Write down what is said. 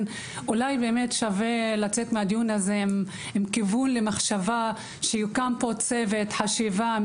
אולי שווה לצאת מהדיון הזה עם כיוון למחשבה שיוקם פה צוות חשיבה.